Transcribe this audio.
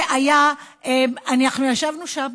זה היה, אנחנו ישבנו שם